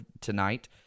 tonight